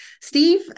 Steve